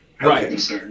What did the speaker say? Right